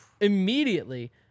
Immediately